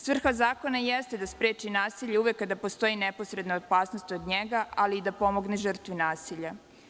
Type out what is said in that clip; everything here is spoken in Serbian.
Svrha zakona jeste da spreči nasilje uvek kada postoji neposredna opasnost od njega ali i da pomogne žrtvi nasilja.